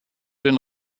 den